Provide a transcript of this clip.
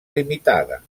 limitada